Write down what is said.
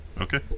okay